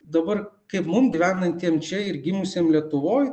dabar kaip mum gyvenantiem čia ir gimusiem lietuvoj